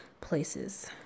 places